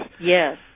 Yes